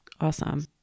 Awesome